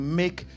make